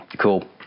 cool